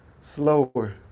slower